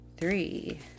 three